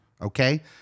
Okay